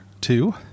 two